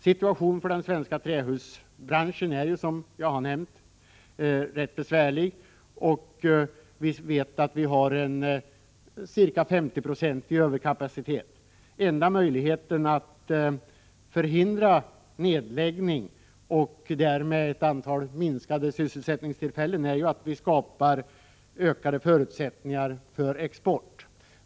Situationen för den svenska trähusbranschen är, som jag nämnt, ganska besvärlig. Vi vet att vi har en ca 50-procentig överkapacitet. Enda möjligheten att förhindra nedläggning och därmed en minskning av antalet sysselsättningstillfällen är att vi skapar ökade förutsättningar för export.